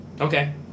Okay